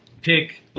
pick